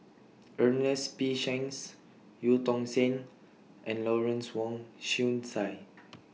Ernest P Shanks EU Tong Sen and Lawrence Wong Shyun Tsai